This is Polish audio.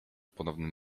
ponownym